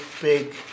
big